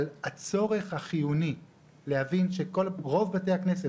אבל הצורך החיוני להבין שרוב בתי הכנסת,